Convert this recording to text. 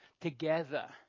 together